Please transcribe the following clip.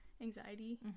anxiety